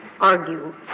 argue